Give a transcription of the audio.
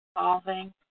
solving